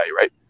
right